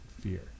fear